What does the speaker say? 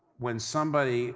when somebody